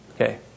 Okay